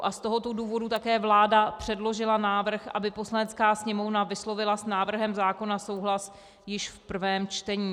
Z tohoto důvodu také vláda předložila návrh, aby Poslanecká sněmovna vyslovila s návrhem zákona souhlas již v prvém čtení.